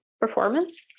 performance